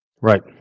Right